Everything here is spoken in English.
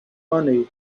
money